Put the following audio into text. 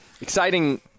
Exciting